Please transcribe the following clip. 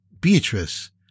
Beatrice